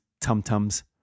tumtums